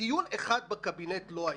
דיון אחד בקבינט לא היה.